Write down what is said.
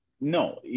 No